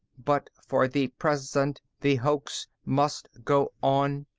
but for the present, the hoax must go on,